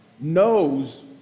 knows